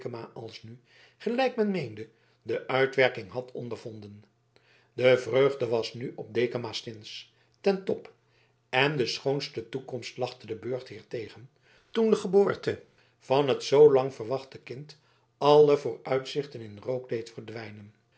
dekama alsnu gelijk men meende de uitwerking had ondervonden de vreugde was nu op dekamastins ten top en de schoonste toekomst lachte den burchtheer tegen toen de geboorte van het zoolang verwachte kind alle vooruitzichten in rook deed verdwijnen